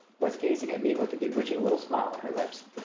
was gazing at me with a bewitching little smile on her lips.